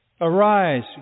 Arise